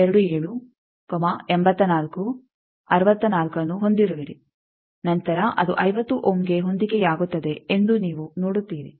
27 84 64 ಅನ್ನು ಹೊಂದಿರುವಿರಿ ನಂತರ ಅದು 50 ಓಮ್ಗೆ ಹೊಂದಿಕೆಯಾಗುತ್ತದೆ ಎಂದು ನೀವು ನೋಡುತ್ತೀರಿ